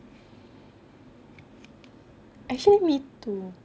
actually me too